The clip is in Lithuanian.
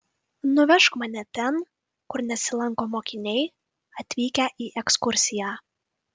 nuvežk mane ten kur nesilanko mokiniai atvykę į ekskursiją